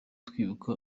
twibuka